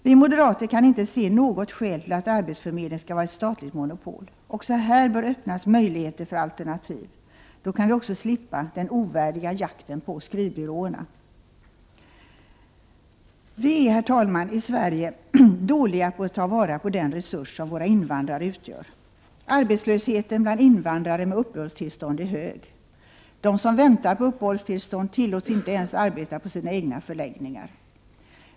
Vi moderater kan inte se något skäl till att arbetsförmedling skall vara ett statligt monopol. Också här bör öppnas möjligheter för alternativ. Då kan vi också slippa den ovärdiga jakten på skrivbyråerna. Vi är, herr talman, i Sverige dåliga på att ta vara på den resurs som våra invandrare utgör. Arbetslösheten bland invandrare med uppehållstillstånd är hög. De som väntar på uppehållstillstånd tillåts inte ens arbeta på sina egna förläggningar.